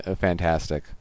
fantastic